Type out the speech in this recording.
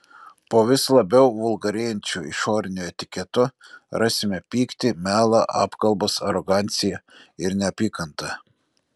po vis labiau vulgarėjančiu išoriniu etiketu rasime pyktį melą apkalbas aroganciją ir neapykantą